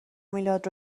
میلاد